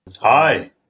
hi